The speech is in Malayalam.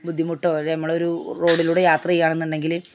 ബുദ്ധിമുട്ടോ അല്ലേ നമ്മളൊരു റോഡിലൂടെ യാത്ര ചെയ്യാണെന്നുണ്ടെങ്കിൽ